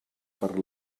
per